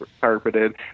carpeted